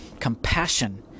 compassion